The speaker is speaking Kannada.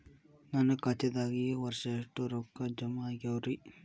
ನನ್ನ ಖಾತೆದಾಗ ಈ ವರ್ಷ ಎಷ್ಟು ರೊಕ್ಕ ಜಮಾ ಆಗ್ಯಾವರಿ?